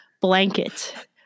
blanket